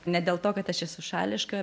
ne dėl to kad aš esu šališka